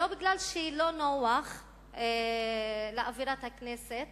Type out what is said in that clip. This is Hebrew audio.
ולא בגלל שזה לא נוח לאווירת הכנסת,